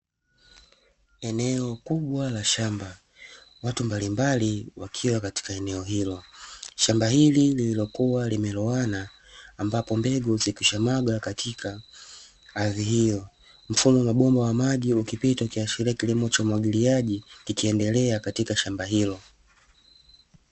Eneo kubwa la shamba watu mbalimbali wakiwa katika eneo hilo; shamba hili lililokuwa limeloana ambapo mbegu zikishamwagwa katika ardhi hiyo, fumo wa mabomba ya maji ukipita ikiashiria kilimo cha umwagiliaji ikiendelea katika shamba hilo.